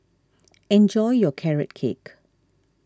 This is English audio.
enjoy your Carrot Cake